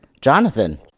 Jonathan